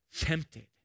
tempted